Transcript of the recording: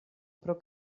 pro